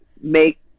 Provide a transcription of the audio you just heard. make